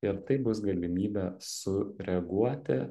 ir tai bus galimybė sureaguoti